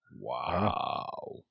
Wow